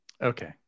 Okay